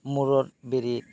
ᱢᱩᱬᱩᱫ ᱵᱮᱨᱮᱫ